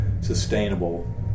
sustainable